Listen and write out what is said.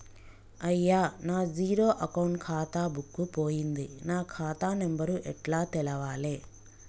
అయ్యా నా zero account ఖాతా బుక్కు పోయింది నా ఖాతా నెంబరు ఎట్ల తెలవాలే?